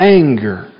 anger